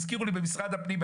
הזכירו לי במשרד הפנים,